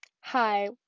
Hi